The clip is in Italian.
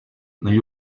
negli